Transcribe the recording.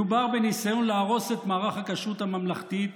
מדובר בניסיון להרוס את מערך הכשרות הממלכתית